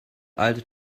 alten